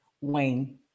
Wayne